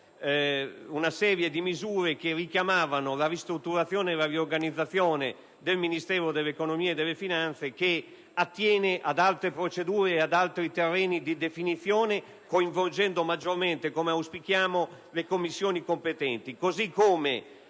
una serie di misure che richiamano la ristrutturazione e la riorganizzazione del Ministero dell'economia e delle finanze che attiene ad altre procedure e ad altri terreni di definizione, coinvolgendo maggiormente - come auspichiamo - le Commissioni competenti. Colgo